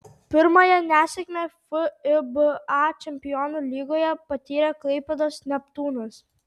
pirmąją nesėkmę fiba čempionų lygoje patyrė klaipėdos neptūnas